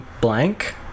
blank